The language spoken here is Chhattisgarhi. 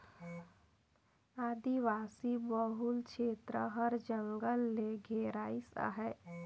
आदिवासी बहुल छेत्र हर जंगल ले घेराइस अहे